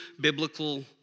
biblical